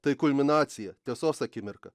tai kulminacija tiesos akimirka